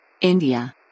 India